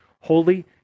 holy